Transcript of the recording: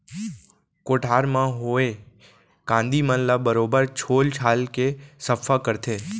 कोठार म होए कांदी मन ल बरोबर छोल छाल के सफ्फा करथे